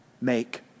Make